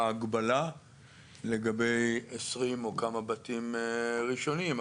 הגבלה לגבי 20 או כמה בתים ראשונים.